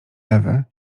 ewy